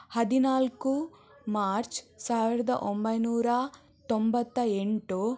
ಹದಿನಾಲ್ಕು ಮಾರ್ಚ್ ಸಾವಿರದ ಒಂಬೈನೂರ ತೊಂಬತ್ತ ಎಂಟು